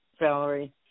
Valerie